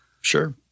Sure